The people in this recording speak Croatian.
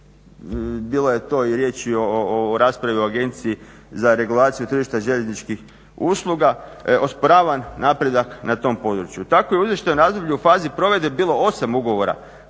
bilo je to i riječi o raspravi o Agenciji za regulaciju tržišta željezničkih usluga, osporavam napredak na tom području. Tako je u izvještaju u razdoblju u fazi provedbe bilo 8 ugovora